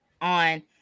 on